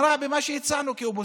מה רע במה שהצענו כאופוזיציה?